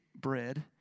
bread